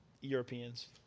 Europeans